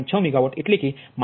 6 megawatt એટલે કે 138